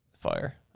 Fire